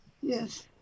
Yes